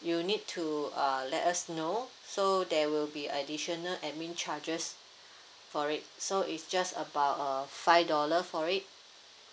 you need to uh let us know so there will be additional admin charges for it so it's just about uh five dollar for it